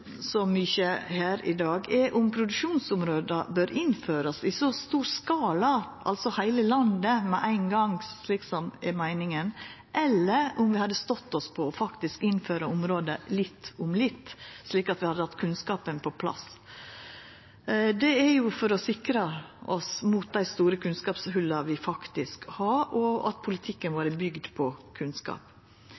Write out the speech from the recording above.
så mykje her i dag, er om produksjonsområda bør innførast i så stor skala – altså heile landet med ein gong slik som er meininga – eller om vi hadde stått oss på å innføra område litt om litt, slik at vi hadde hatt kunnskapen på plass. Det er for å sikra oss mot dei store kunnskapshola vi faktisk har, og for å sikra oss at politikken